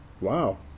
Wow